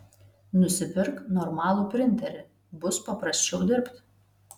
nusipirk normalų printerį bus paprasčiau dirbt